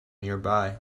nearby